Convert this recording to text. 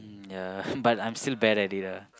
mm ya but I'm still bad at it ah